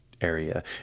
area